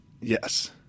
Yes